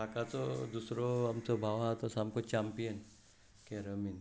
तो काकाचो दुसरो आमचो भाव आसा तो सामको चॅम्पियन कॅरमींत